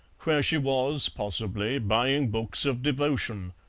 where she was, possibly, buying books of devotion,